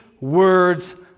words